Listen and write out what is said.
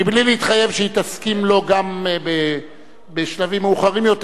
בלי להתחייב שהיא תסכים לו גם בשלבים מאוחרים יותר,